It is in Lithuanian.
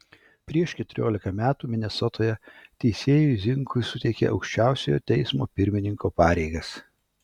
prieš keturiolika metų minesotoje teisėjui zinkui suteikė aukščiausiojo teismo pirmininko pareigas